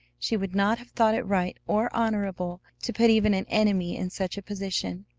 she would not have thought it right or honorable to put even an enemy in such a position,